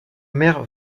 mère